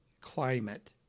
climate